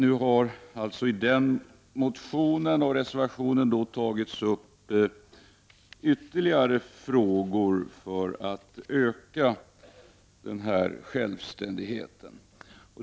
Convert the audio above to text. I motionen och reservationen har ytterligare frågor för att öka självständigheten tagits upp.